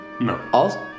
No